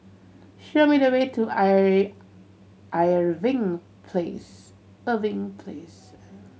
show me the way to Place Irving Place